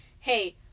hey